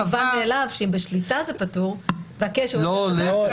מובן מאליו שאם בשליטה זה פטור והקשר --- לא,